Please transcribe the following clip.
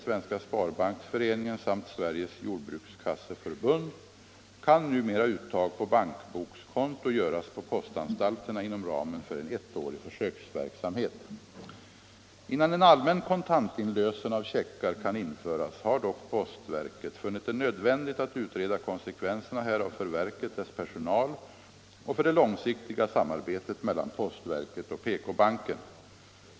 Innan en allmän kontantinlösen av checkar kan införas har dock postverket funnit det nödvändigt att utreda konsekvenserna härav för verket, dess personal och för det långsiktiga samarbetet mellan postverket och PK-banken.